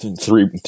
three